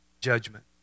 Judgment